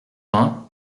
vingt